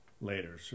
later